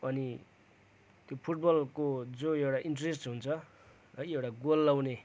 अनि त्यो फुटबलको जो एउटा इन्ट्रेस हुन्छ है एउटा गोल लाउने